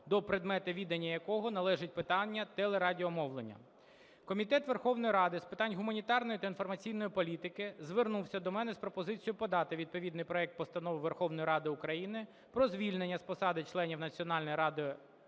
до предмета відання якого належить питання телерадіомовлення. Комітет Верховної Ради з питань гуманітарної та інформаційної політики звернувся до мене з пропозицією подати відповідний проект Постанови Верховної Ради України про звільнення з посад членів Національної ради України